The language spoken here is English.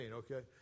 okay